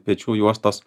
pečių juostos